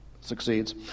succeeds